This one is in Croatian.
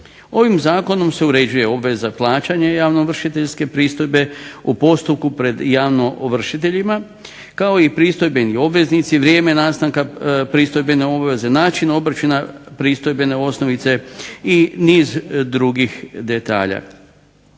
Ovim zakonom se uređuje obveza plaćanja javnoovršiteljske pristojbe u postupku pred javnoovršiteljima kao i pristojbeni obveznici, vrijeme nastanka pristojbene obveze, način obračuna pristojbene osnovice i niz drugih detalja.